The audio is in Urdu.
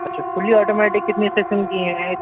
اچھا فلی آٹومیٹک کتنے قسم کی ہیں